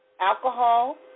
alcohol